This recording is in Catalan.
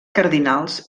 cardinals